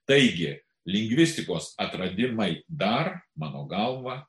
taigi lingvistikos atradimai dar mano galva